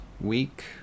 week